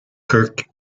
kirk